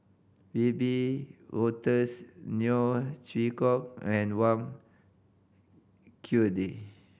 Wiebe Wolters Neo Chwee Kok and Wang Chunde